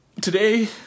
today